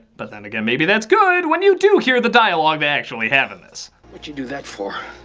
but then again, maybe that's good when you do hear the dialogue they actually have in this. what'd you do that for?